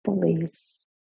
beliefs